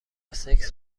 سکس